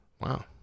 Wow